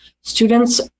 students